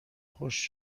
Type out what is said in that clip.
خشک